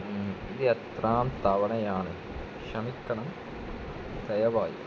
ഇത് എത്രാം തവണയാണ് ക്ഷമിക്കണം ദയവായി